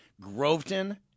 Groveton